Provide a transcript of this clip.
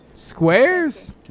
squares